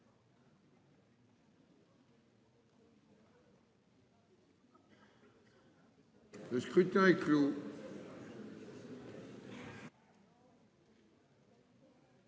Le scrutin est clos.